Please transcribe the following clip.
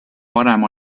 varem